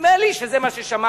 נדמה לי שזה מה ששמעתי.